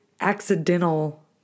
accidental